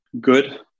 good